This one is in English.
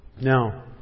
Now